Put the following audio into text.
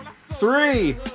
three